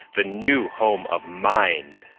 the new home of mind.